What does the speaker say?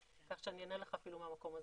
כך שאני אענה לך אפילו מהמקום הזה,